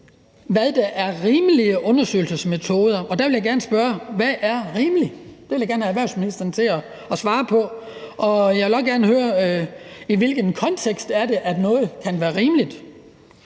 der er rimelige undersøgelsesmetoder. Og der vil jeg gerne spørge: Hvad er »rimelige«? Det vil jeg gerne have erhvervsministeren til at svare på. Og jeg vil også gerne høre, i hvilken kontekst noget kan være rimeligt.